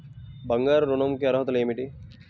బంగారు ఋణం కి అర్హతలు ఏమిటీ?